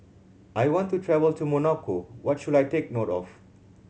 I want to travel to Monaco what should I take note of